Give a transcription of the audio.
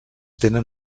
tenen